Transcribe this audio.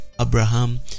Abraham